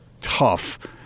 tough